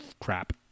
crap